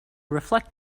reflect